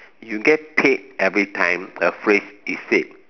you get paid every time a phrase is said